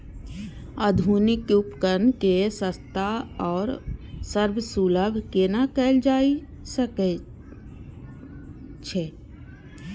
आधुनिक उपकण के सस्ता आर सर्वसुलभ केना कैयल जाए सकेछ?